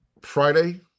Friday